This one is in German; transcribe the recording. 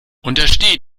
untersteh